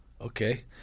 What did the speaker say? Okay